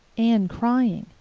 anne crying.